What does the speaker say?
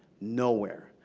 nowhere.